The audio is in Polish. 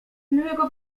miłego